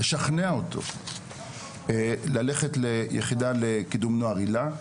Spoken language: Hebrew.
לשכנע אותו ללכת ליחידה לקידום נוער היל"ה,